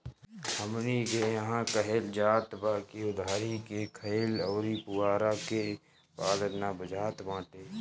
हमनी के इहां कहल जात बा की उधारी के खाईल अउरी पुअरा के तापल ना बुझात बाटे